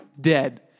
Dead